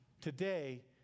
today